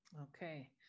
Okay